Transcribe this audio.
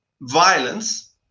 violence